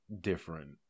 different